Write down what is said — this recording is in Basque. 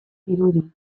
dirudi